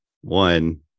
one